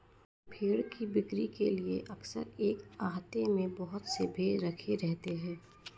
भेंड़ की बिक्री के लिए अक्सर एक आहते में बहुत से भेंड़ रखे रहते हैं